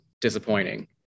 disappointing